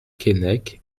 keinec